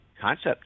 concept